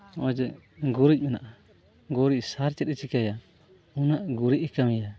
ᱦᱚᱸᱜᱼᱚᱭ ᱡᱮ ᱜᱩᱨᱤᱡ ᱦᱮᱱᱟᱜᱼᱟ ᱜᱩᱨᱤᱡ ᱥᱟᱨ ᱪᱮᱫᱼᱮ ᱪᱤᱠᱟᱹᱭᱟ ᱩᱱᱟᱹᱜ ᱜᱩᱨᱤᱡᱼᱮ ᱠᱟᱹᱢᱤᱭᱟ